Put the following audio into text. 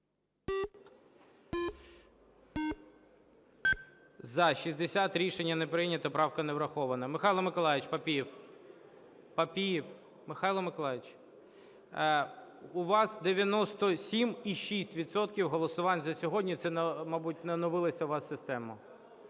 За-60 Рішення не прийнято. Правка не врахована. Михайло Миколайович Папієв. Папієв Михайло Миколайович, у вас 97,6 відсотка голосувань за сьогодні. Це, мабуть, не оновилася у вас система.